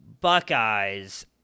Buckeyes